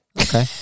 Okay